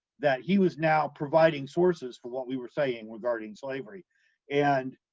that he was now providing sources for what we were saying regarding slavery and